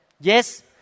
Yes